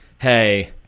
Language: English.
hey